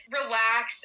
relax